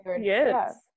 yes